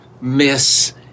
miss